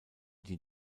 die